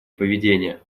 поведения